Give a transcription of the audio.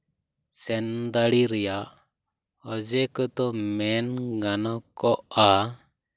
ᱥᱮᱱ ᱫᱟᱲᱮ ᱨᱮᱭᱟᱜ ᱚᱡᱮ ᱠᱚᱫᱚ ᱢᱮᱱ ᱜᱟᱱᱚᱜᱼᱟ